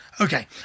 Okay